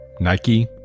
Nike